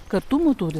kartumo turi